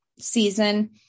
season